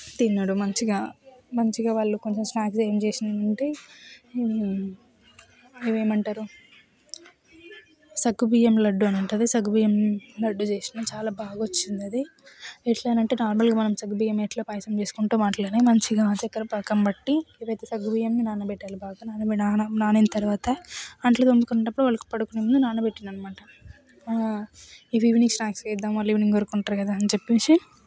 తిన్నాడు మంచిగా మంచిగా వాళ్లు కొంచెం స్నాక్స్ చేసి ఉంటే అవి ఏమంటారు సగ్గుబియ్యం లడ్డు అని ఉంటుంది సగ్గుబియ్యం లడ్డు చేసినా చాలా బాగా వచ్చిందది ఎట్లా అంటే నార్మల్గా మనం సగ్గుబియ్యం ఎట్లా పాయసం చేసుకుంటామో అట్లానే మంచిగా చక్కెర పాకం పట్టి ఇవైతే సగ్గుబియ్యాన్ని నానబెట్టాలి అవి నానిన నానిన తర్వాత అంట్లు తోముకునేటప్పుడు వాళ్లు పడుకునే ముందు నానబెట్టాను అనమాట ఇవి ఈవినింగ్ స్నాక్స్ చేద్దాం వాళ్లు ఈవినింగ్ వరకు ఉంటారు కదా అని చెప్పేసి